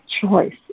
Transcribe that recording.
choice